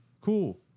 Cool